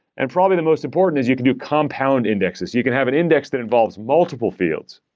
and probably the most important is you can do compound indexes. you can have an index that involves multiple fields,